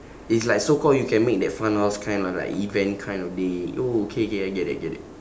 it's like so called you can make that fun house kind of like event kind of day oh okay okay I get it I get it